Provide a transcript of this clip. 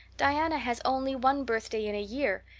diana has only one birthday in a year.